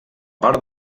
part